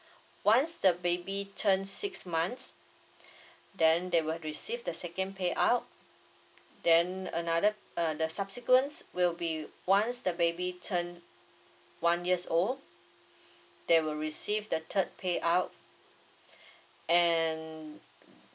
once the baby turn six months then they will receive the second pay out then another uh the subsequent will be once the baby turn one years old they will receive the third pay out and